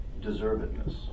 deservedness